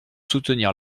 soutenir